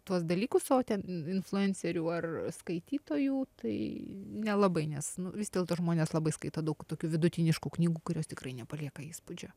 tuos dalykus o ten influencerių ar skaitytojų tai nelabai nes vis dėlto žmonės labai skaito daug tokių vidutiniškų knygų kurios tikrai nepalieka įspūdžio